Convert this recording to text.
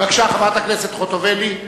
בבקשה, חברת הכנסת חוטובלי.